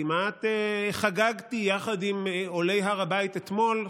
כמעט חגגתי יחד עם עולי הר הבית אתמול,